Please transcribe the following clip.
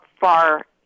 far